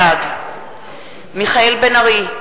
בעד מיכאל בן-ארי,